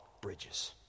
bridges